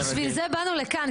בשביל זה באנו לכאן.